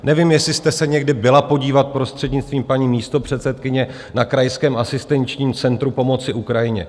Nevím, jestli jste se někdy byla podívat, prostřednictvím paní místopředsedkyně, na krajském asistenčním centru pomoci Ukrajině.